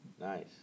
nice